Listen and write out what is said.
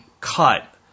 cut